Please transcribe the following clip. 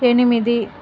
ఎనిమిది